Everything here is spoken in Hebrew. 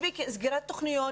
מספיק סגירת התוכניות